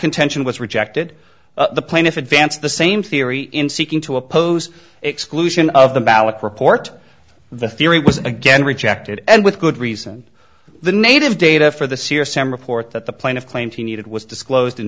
contention was rejected the plaintiff advanced the same theory in seeking to oppose exclusion of the ballot report the theory was again rejected and with good reason the native data for the c s m report that the plaintiff claimed he needed was disclosed in